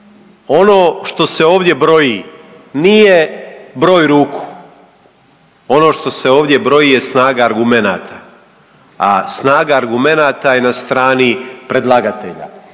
ono što se ovdje broji nije broj ruku, ono što se ovdje broji je snaga argumenata, a snaga argumenata je na strani predlagatelja.